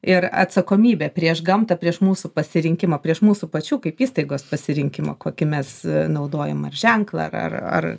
ir atsakomybę prieš gamtą prieš mūsų pasirinkimą prieš mūsų pačių kaip įstaigos pasirinkimą kokie mes naudojam ar ženklą ar ar ar